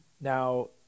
Now